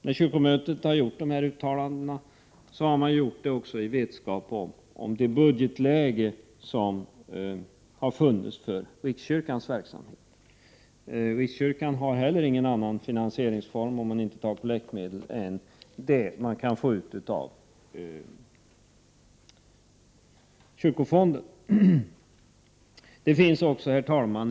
När kyrkomötet har gjort dessa uttalanden har det gjort det i vetskap om budgetläget för rikskyrkans verksamhet. Rikskyrkan har heller ingen annan finansieringsform vid sidan av kollektmedel än de medel den kan få ur kyrkofonden. Herr talman!